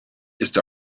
ist